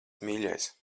mīļais